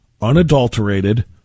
unadulterated